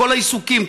כל העיסוקים,